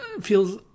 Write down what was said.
feels